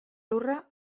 lurra